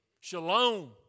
Shalom